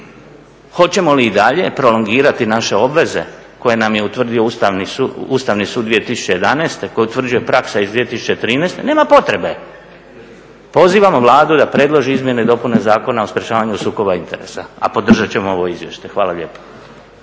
Hoćemo li i dalje prolongirati naše obveze koje nam je utvrdio Ustavni sud 2011. koji utvrđuje praksa iz 2013., nema potrebe. Pozivamo Vladu da predloži Izmjene i dopune Zakona o sprječavanju sukoba interesa a podržati ćemo ovo izvješće. Hvala lijepo.